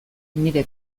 nire